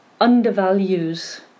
undervalues